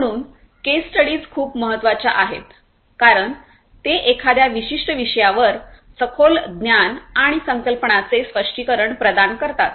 म्हणून case studies खूप महत्वाच्या आहेत कारण ते एखाद्या विशिष्ट विषयावर सखोल ज्ञान आणि संकल्पनांचे स्पष्टीकरण प्रदान करतात